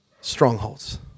strongholds